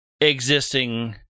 existing